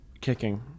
kicking